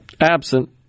Absent